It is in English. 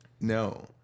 No